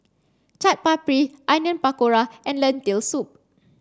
Chaat Papri Onion Pakora and Lentil soup